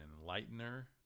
enlightener